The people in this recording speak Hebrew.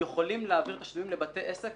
יכולים להעביר תשלומים לבתי עסק.